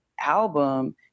album